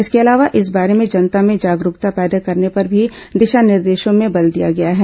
इसके अलावा इस बारे में जनता में जागरूकता पैदा करने पर भी दिशा निर्देशों में बल दिया गया है